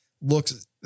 looks